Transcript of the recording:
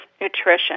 nutrition